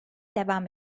devam